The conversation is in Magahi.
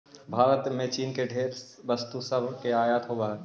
भारत में चीन से ढेर वस्तु सब के आयात होब हई